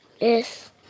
Yes